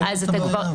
אתה מבין את הבעיה?